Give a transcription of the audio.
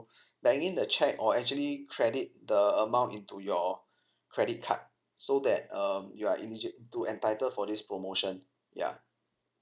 bank in the check or actually credit the amount into your credit card so that um you are eligi~ to entitle for this promotion ya